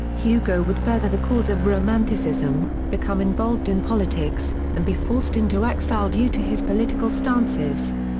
hugo would further the cause of romanticism, become involved in politics, and be forced into exile due to his political stances.